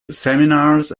seminars